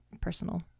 personal